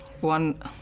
one